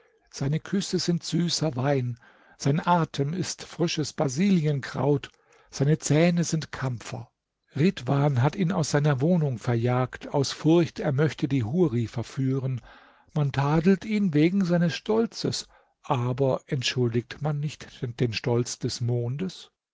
seine küsse sind süßer wein sein atem ist frisches basilienkraut seine zähne sind kampfer ridhwan hat ihn aus seiner wohnung verjagt aus furcht er möchte die huri verführen man tadelt ihn wegen seines stolzes aber entschuldigt man nicht den stolz des mondes